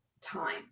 time